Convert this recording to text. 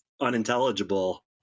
unintelligible